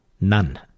None